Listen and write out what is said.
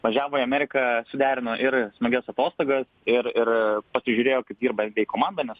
važiavo į ameriką suderino ir smagias atostogas ir ir pasižiūrėjo kaip dirba nba komanda nes